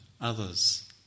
others